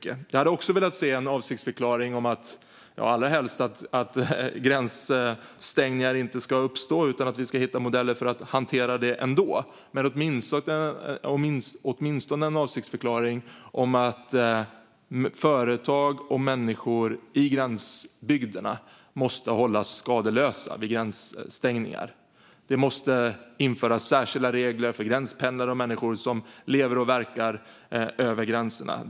Jag hade allra helst också velat se en avsiktsförklaring om att gränsstängningar inte ska uppstå utan att vi ska hitta modeller för att hantera sådana här situationer ändå, men jag skulle åtminstone vilja se en avsiktsförklaring om att företag och människor i gränsbygderna måste hållas skadeslösa vid gränsstängningar. Det måste införas särskilda regler för gränspendlare och människor som lever och verkar över gränserna.